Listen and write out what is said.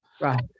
Right